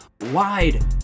wide